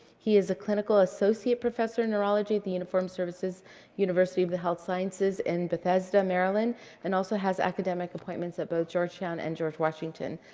he is a clinical associate professor in neurology at the uniformed services university of the health sciences in bethesda, maryland and also has academic appointments at both georgetown and george washington.